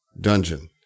dungeon